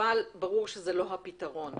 ברור שזה לא הפתרון,